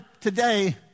today